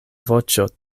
voĉo